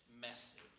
message